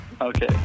Okay